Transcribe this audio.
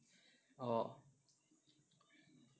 orh